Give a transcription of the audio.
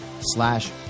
slash